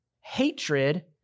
hatred